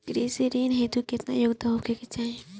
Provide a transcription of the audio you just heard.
कृषि ऋण हेतू केतना योग्यता होखे के चाहीं?